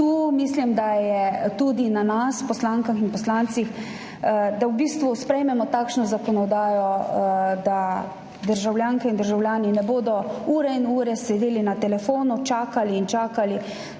mislim, da je tudi na nas poslankah in poslancih, da sprejmemo takšno zakonodajo, da državljanke in državljani ne bodo ure in ure sedeli na telefonu, čakali in čakali,